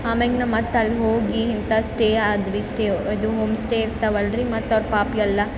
ಆಮೇಗೆ ನಾವು ಮತ್ತು ಅಲ್ಲಿ ಹೋಗಿ ಇಂತಲ್ಲಿ ಸ್ಟೇ ಆದ್ವಿ ಸ್ಟೇ ಅದು ಹೋಮ್ ಸ್ಟೇ ಇರ್ತಾವಲ್ರಿ ಮತ್ತು ಅವ್ರು ಪಾಪ ಎಲ್ಲ